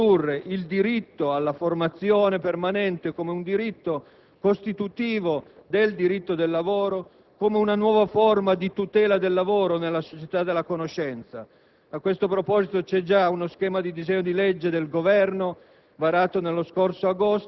la necessità di introdurre il diritto alla formazione permanente, come costitutivo del diritto del lavoro e nuova forma di tutela del lavoro nella società della conoscenza. A questo proposito, vi è già uno schema di disegno di legge del Governo,